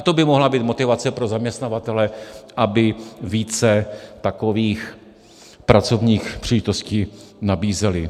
To by mohla být motivace pro zaměstnavatele, aby více takových pracovních příležitostí nabízeli.